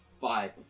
five